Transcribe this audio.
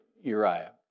Uriah